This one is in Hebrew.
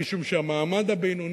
משום שהמעמד הבינוני,